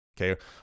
okay